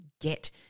get